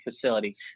facility